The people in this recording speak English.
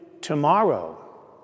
tomorrow